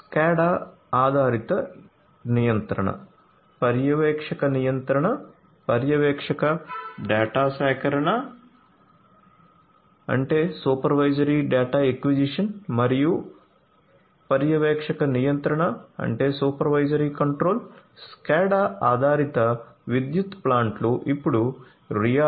SCADA ఆధారిత నియంత్రణ పర్యవేక్షక నియంత్రణ పర్యవేక్షక డేటా సేకరణ SCADA ఆధారిత విద్యుత్ ప్లాంట్లు ఇప్పుడు రియాలిటీ